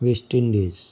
West Indies